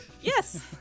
Yes